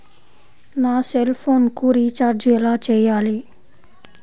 నా సెల్ఫోన్కు రీచార్జ్ ఎలా చేయాలి?